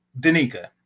Danica